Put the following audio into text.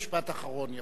משפט אחרון.